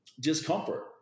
discomfort